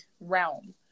realm